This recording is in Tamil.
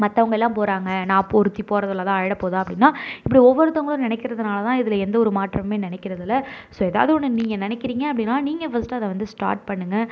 மற்றவங்க எல்லாம் போகிறாங்க நான் ஒருத்தி போறதில் எதா ஆகிடப்போதா அப்படின்னா இப்படி ஒவ்வொருத்தங்களும் நினைக்கிறதுனால தான் இதில் எந்த ஒரு மாற்றமுமே நினைக்கிறதில்ல ஸோ எதாவது ஒன்று நீங்கள் நினைக்கிறீங்க அப்படினா நீங்கள் ஃபஸ்ட்டு அதை வந்து ஸ்டார்ட் பண்ணுங்க